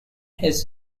his